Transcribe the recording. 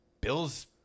Bill's